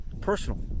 personal